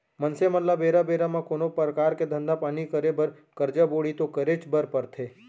मनसे मन ल बेरा बेरा म कोनो परकार के धंधा पानी करे बर करजा बोड़ी तो करेच बर परथे